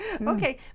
Okay